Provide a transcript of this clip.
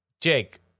jake